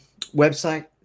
website